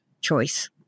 choice